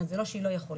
זה לא שהיא לא יכולה,